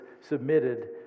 submitted